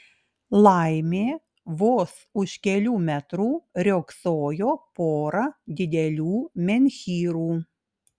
laimė vos už kelių metrų riogsojo pora didelių menhyrų